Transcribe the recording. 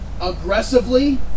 aggressively